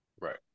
Right